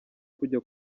kujya